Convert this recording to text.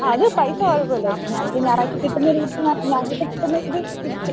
ആ അത് പൈസ കുഴപ്പമില്ല ഞങ്ങൾക്ക് ഞായറാഴ്ച കിട്ടുന്ന രീതി ആ ഞായറാഴ്ച കിട്ടുന്ന രീതി തിരിച്ച്